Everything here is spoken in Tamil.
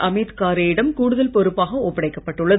அமீத் காரே யிடம் கூடுதல் பொறுப்பாக ஒப்படைக்கப் பட்டுள்ளது